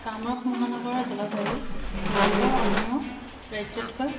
কামৰূপ মহানগৰৰ জলবায়ু ভাৰতৰ অন্য ৰাজ্যতকৈ